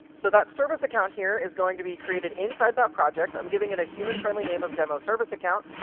so that service account here is going to be created inside that project. i'm giving it a human-friendly name of demo service account,